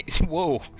Whoa